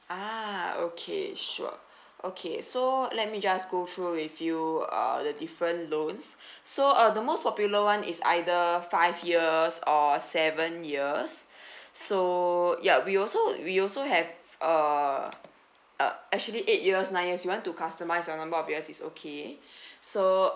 ah okay sure okay so let me just go through with you uh the different loans so uh the most popular [one] is either five years or seven years so ya we also we also have uh uh actually eight years nine years you want to customise your number of years is okay so